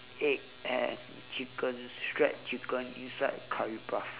egg and chicken shred chicken inside curry puff